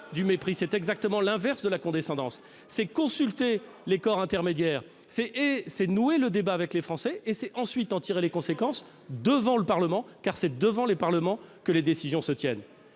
du mépris, c'est exactement l'inverse de la condescendance : consulter les corps intermédiaires, nouer le débat avec les Français et ensuite en tirer les conséquences devant le Parlement, car c'est devant lui que les décisions se prennent.